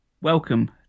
Welcome